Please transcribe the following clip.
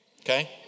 Okay